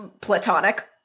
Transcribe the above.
platonic